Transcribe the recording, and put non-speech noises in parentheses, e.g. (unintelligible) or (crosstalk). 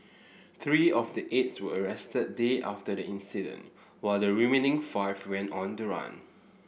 three of the eight (unintelligible) were arrested days after the incident while the remaining five went on the run